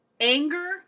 anger